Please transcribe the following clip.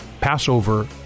Passover